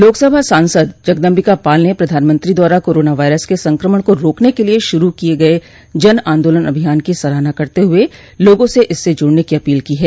लोकसभा सांसद जगदम्बिका पाल ने प्रधानमंत्री द्वारा कोरोना वायरस के संकमण को रोकने के लिए शुरू किये गये जन आन्दोलन अभियान की सराहना करते हुए लोगों से इससे जुड़ने की अपील की है